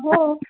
हो